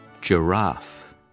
giraffe